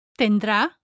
tendrá